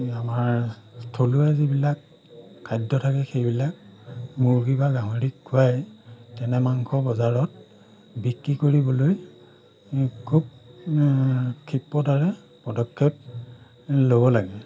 আমাৰ থলুৱা যিবিলাক খাদ্য থাকে সেইবিলাক মুৰ্গী বা গাহৰিক খুৱাই তেনে মাংস বজাৰত বিক্ৰী কৰিবলৈ খুব ক্ষীপ্ৰতাৰে পদক্ষেপ ল'ব লাগে